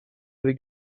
avec